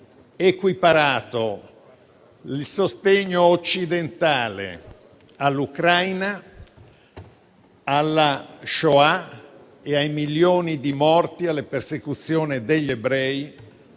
equiparato il sostegno occidentale all'Ucraina alla Shoah e ai milioni di morti e alla persecuzione degli ebrei